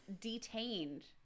detained